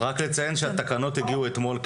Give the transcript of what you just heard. רק לציין שהתקנות הגיעו אתמול.